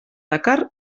dakar